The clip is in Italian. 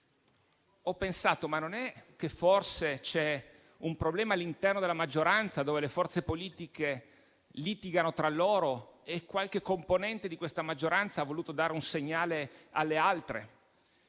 ho pensato: ma non è che forse c'è un problema all'interno della maggioranza, al cui interno le forze politiche litigano tra loro e qualche componente ha voluto dare un segnale alle altre?